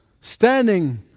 standing